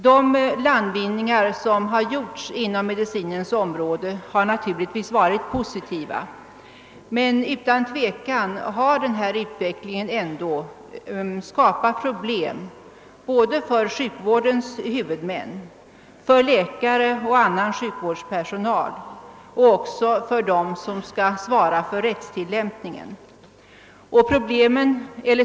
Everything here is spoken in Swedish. De landvinningar som gjorts inom medicinens område har naturligt 'vis varit positiva, men utan tvivel har denna utveckling ändå skapat problem såväl för sjukvårdens huvudmän som för läkare och annan sjukvårdspersonal och också för dem som skall svara för rättstillämpningen.